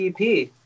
EP